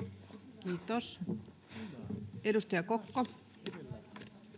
[Speech 159] Speaker: